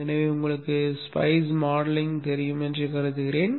எனவே உங்களுக்கு spice modelling தெரியும் என்று கருதுகிறேன்